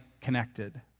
connected